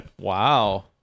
Wow